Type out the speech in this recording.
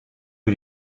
für